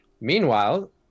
Meanwhile